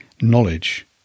knowledge